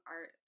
art